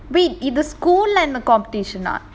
wait either school and the competition ah